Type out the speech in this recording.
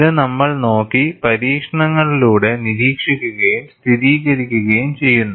ഇത് നമ്മൾ നോക്കി പരീക്ഷണങ്ങളിലൂടെ നിരീക്ഷിക്കുകയും സ്ഥിരീകരിക്കുകയും ചെയ്യുന്നു